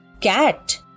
cat